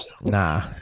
Nah